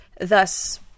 Thus